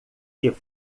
que